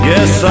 Yes